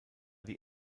die